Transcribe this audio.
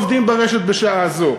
עובדים ברשת בשעה זו.